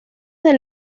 del